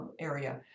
area